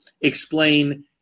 explain